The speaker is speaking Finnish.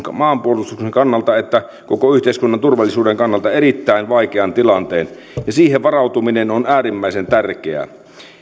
maanpuolustuksen kannalta että koko yhteiskunnan turvallisuuden kannalta erittäin vaikean tilanteen ja siihen varautuminen on äärimmäisen tärkeää